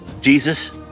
Jesus